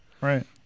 Right